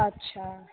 अच्छा